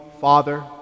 Father